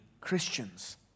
Christians